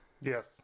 Yes